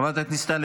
חברת הכנסת דיסטל,